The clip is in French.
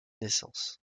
naissance